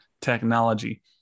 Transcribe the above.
technology